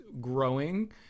growing